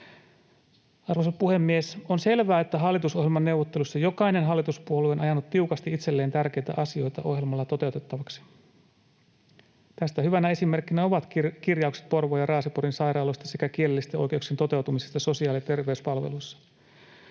Arvoisa puhemies! On selvää, että hallitusohjelmaneuvotteluissa jokainen hallituspuolue on ajanut tiukasti itselleen tärkeitä asioita ohjelmalla toteutettavaksi. Tästä hyvänä esimerkkinä ovat kirjaukset Porvoon ja Raaseporin sairaaloista sekä kielellisten oikeuksien toteutumisesta sosiaali- ja terveyspalveluissa.